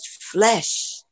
flesh